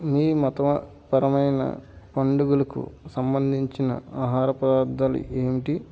మీ మతమపరమైన పండుగలకు సంబంధించిన ఆహార పదార్థాలు ఏమిటి